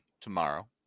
Tomorrow